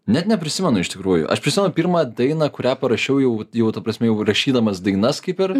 net neprisimenu iš tikrųjų aš prisimenu pirmą dainą kurią parašiau jau jau ta prasme jau rašydamas dainas kaip ir